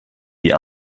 die